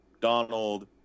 Donald